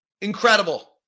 Incredible